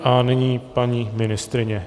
A nyní paní ministryně.